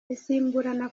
isimburana